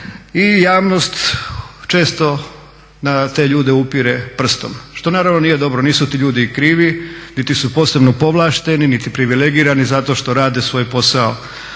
i javnost često na te ljude upire prstom što naravno nije dobro. Nisu ti ljudi krivi niti su posebno povlašteni niti privilegirani zato što rade svoj posao